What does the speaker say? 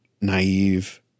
naive